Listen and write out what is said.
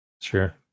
sure